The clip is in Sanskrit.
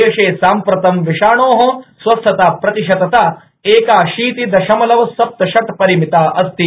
देशे साम्प्रतं विषाणो स्वस्थताप्रतिशतता एकाशीति दशमलव सप्त षट् परिमिता अस्ति